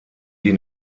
die